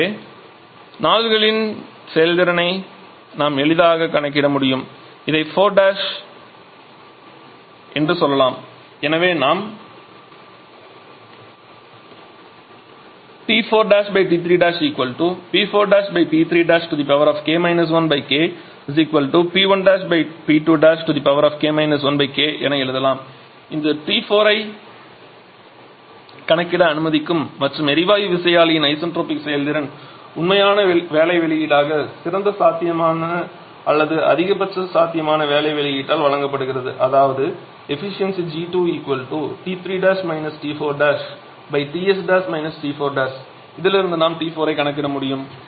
எனவே 4s செயல்திறனை நாம் எளிதாகக் கணக்கிட முடியும் இதை 4' என்று சொல்லலாம் எனவே நாம் என எழுதலாம் இது T4 ஐ கணக்கிட அனுமதிக்கும் மற்றும் எரிவாயு விசையாழியின் ஐசென்ட்ரோபிக் செயல்திறன் உண்மையான வேலை வெளியீடாக சிறந்த சாத்தியமான அல்லது அதிகபட்ச சாத்தியமான வேலை வெளியீட்டால் வழங்கப்படுகிறது அதாவது 𝜂𝐺𝑇 𝑇3′ − 𝑇4′ 𝑇s′ − 𝑇4s′ இதிலிந்து நாம் T4 ஐ கணக்கிட முடியும்